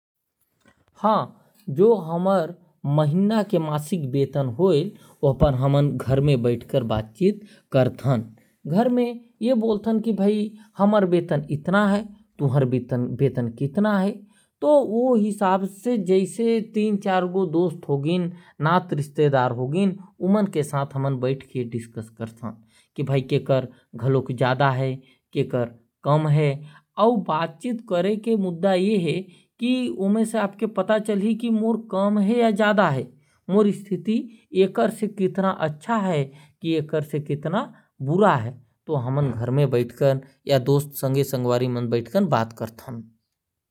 हां जो हमर महीना के मासिक वेतन होयल हमन ओला घर में बात कर थी। जैसे दोस्त यार मन से बात करे के कारण है कि मोर कम है कि ज्यादा है। एकर से कितना अच्छा है और कितना बुरा है। तो हमन घर में या संगवारी मन ले बात करथन।